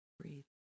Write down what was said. breathe